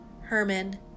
Herman